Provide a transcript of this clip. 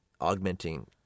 augmenting